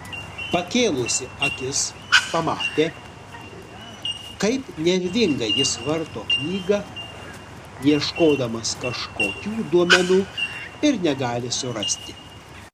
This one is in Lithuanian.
pakėlusi akis pamatė kaip nervingai jis varto knygą ieškodamas kažkokių duomenų ir negali surasti